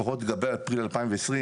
לפחות לגבי אפריל 2020,